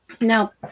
Now